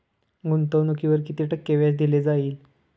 गुंतवणुकीवर किती टक्के व्याज दिले जाईल?